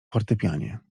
fortepianie